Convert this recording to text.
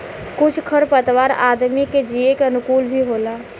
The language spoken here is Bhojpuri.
कुछ खर पतवार आदमी के जिये के अनुकूल भी होला